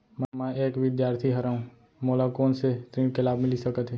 मैं एक विद्यार्थी हरव, मोला कोन से ऋण के लाभ मिलिस सकत हे?